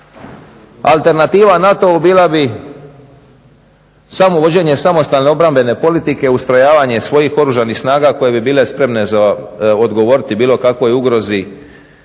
Alternativa NATO-u bila bi samo vođenje samostalne obrambene politike, ustrojavanje svojih oružanih snaga koje bi bile spremne za odgovoriti bilo kakvoj ugrozi